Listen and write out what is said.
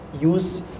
use